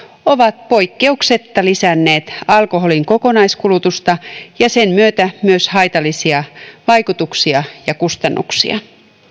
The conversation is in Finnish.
ovat poikkeuksetta lisänneet alkoholin kokonaiskulutusta ja sen myötä myös haitallisia vaikutuksia ja kustannuksia